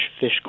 fish